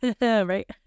right